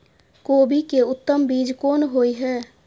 कोबी के उत्तम बीज कोन होय है?